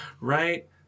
right